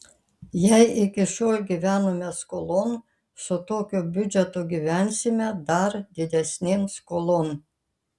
jei iki šiol gyvenome skolon su tokiu biudžetu gyvensime dar didesnėn skolon